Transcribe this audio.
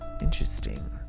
interesting